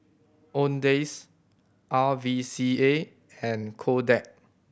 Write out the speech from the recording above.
Owndays R V C A and Kodak